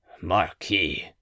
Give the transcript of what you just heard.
Marquis